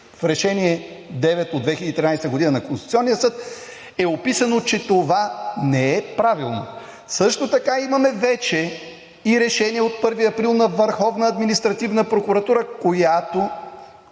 в Решение № 9 от 2013 г. на Конституционния съд е описано, че това не е правилно. Също така имаме вече и решение от 1 април на Върховната